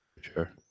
sure